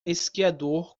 esquiador